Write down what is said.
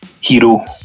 hero